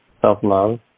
self-love